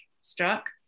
struck